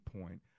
point